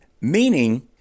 Meaning